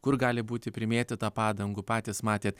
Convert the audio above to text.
kur gali būti primėtyta padangų patys matėt